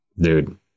dude